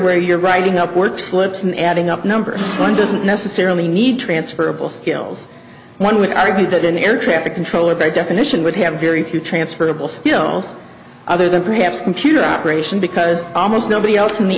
where you're writing up work slips in adding up number one doesn't necessarily need transferable skills one would argue that an air traffic controller by definition would have very few transferable skills other than perhaps computer operation because almost nobody else in the